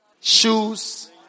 Shoes